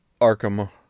Arkham